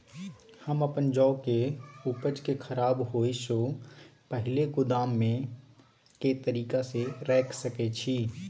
हम अपन जौ के उपज के खराब होय सो पहिले गोदाम में के तरीका से रैख सके छी?